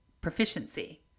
proficiency